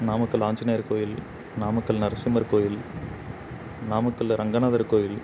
நாமக்கல் ஆஞ்சநேயர் கோயில் நாமக்கல் நரசிம்மர் கோயில் நாமக்கல்லில் ரங்கநாதர் கோயில்